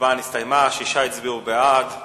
ההצעה להעביר את הנושא לוועדת החינוך,